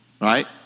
right